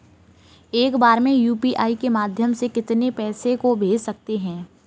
एक बार में यू.पी.आई के माध्यम से कितने पैसे को भेज सकते हैं?